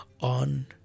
on